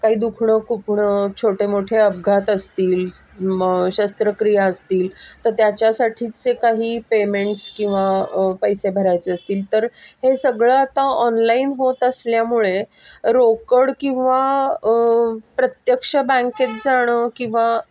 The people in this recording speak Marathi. काही दुखणं खुपणं छोटे मोठे अपघात असतील मग शस्त्रक्रिया असतील तर त्याच्यासाठीचे काही पेमेंट्स किंवा पैसे भरायचे असतील तर हे सगळं आता ऑनलाईन होत असल्यामुळे रोकड किंवा प्रत्यक्ष बँकेत जाणं किंवा